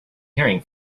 hearing